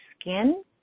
skin